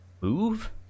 move